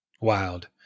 Wild